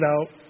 out